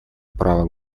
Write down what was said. право